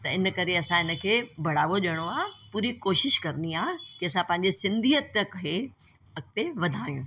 त इन करे असां हिनखे बढ़ावो ॾियणो आहे पूरी कोशिशि करनी आहे के असां पंहिंजी सिंधीयत खे अॻिते वधायूं